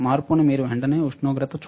మార్పును మీరు వెంటనే ఉష్ణోగ్రతచూడవచ్చు